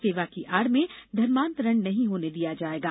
सेवा की आड़ में धर्मान्तरण नहीं होने दिया जायेगा